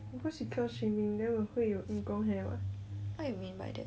what you mean by that